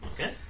Okay